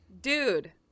dude